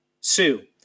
Sue